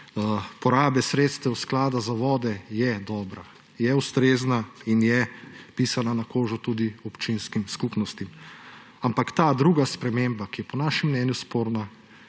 porabe Sredstev sklada za vode, je dobra, je ustrezna in je pisana na kožo tudi občinskim skupnostim. Ta druga sprememba, ki je po našem mnenju sporna,